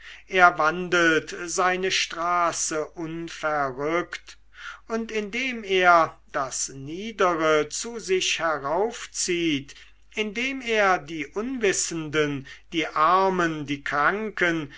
er wandelt seine straße unverrückt und indem er das niedere zu sich heraufzieht indem er die unwissenden die armen die kranken